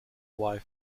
wife